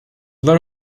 there